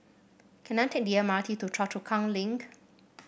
can I take the M R T to Choa Chu Kang Link